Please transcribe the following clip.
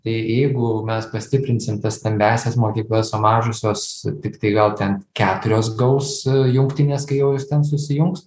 tai jeigu mes pastiprinsim tas stambiąsias mokyklas o mažosios tiktai gal ten keturios gaus jungtinės kai jau jos ten susijungs